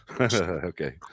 okay